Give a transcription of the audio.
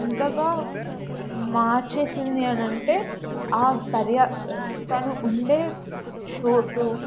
ఎంతగా మార్చేసింది అని అంటే ఆ పర్యా తను ఉండే చోటు